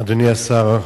אדוני השר,